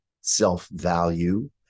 self-value